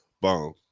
Boom